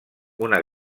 una